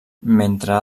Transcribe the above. mentre